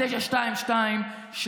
922,